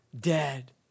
dead